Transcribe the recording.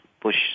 push